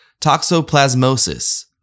Toxoplasmosis